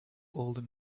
older